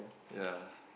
ya